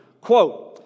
Quote